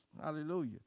hallelujah